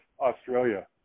Australia